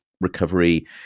recovery